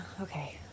okay